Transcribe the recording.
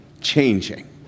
changing